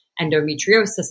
endometriosis